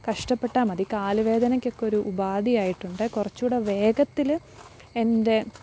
കഷ്ടപ്പെട്ടാൽ മതി കാലുവേദനയ്ക്ക് ഒക്കെയൊരു ഉപാധിയായിട്ടുണ്ട് കുറച്ചുകൂടെ വേഗത്തിൽ എന്റെ